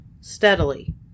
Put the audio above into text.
steadily